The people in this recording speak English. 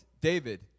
David